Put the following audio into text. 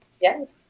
Yes